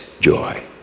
joy